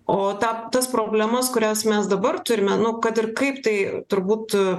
o tą tas problemas kurias mes dabar turime nu kad ir kaip tai turbūt